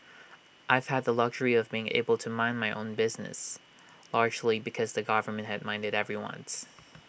I've had the luxury of being able to mind my own business largely because the government had minded everyone's